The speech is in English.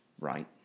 right